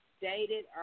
dated